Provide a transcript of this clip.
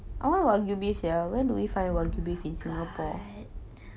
oh my god